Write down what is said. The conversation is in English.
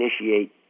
initiate